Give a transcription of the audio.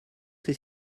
ces